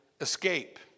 escape